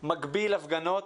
שהוא מגביל בכוונה.